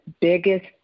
biggest